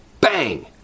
bang